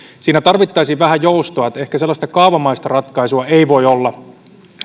siinä tarvittaisiin vähän joustoa ehkä sellaista kaavamaista ratkaisua ei voi olla